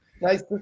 nice